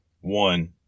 One